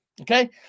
Okay